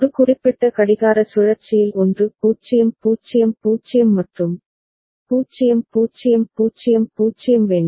ஒரு குறிப்பிட்ட கடிகார சுழற்சியில் 1 0 0 0 மற்றும் 0 0 0 0 வேண்டும்